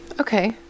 Okay